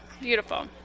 Beautiful